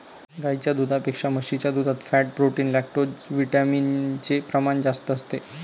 गाईच्या दुधापेक्षा म्हशीच्या दुधात फॅट, प्रोटीन, लैक्टोजविटामिन चे प्रमाण जास्त असते